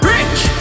Rich